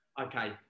Okay